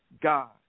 God